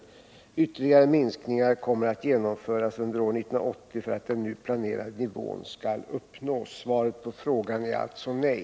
Ytterligare minskningar kommer att genomföras under år 1980 för att den nu planerade nivån skall uppnås. Svaret på frågan är alltså nej.